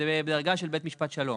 זה בדרגה של בית משפט שלום.